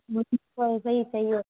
मुझे तो ऐसा ही चाहिए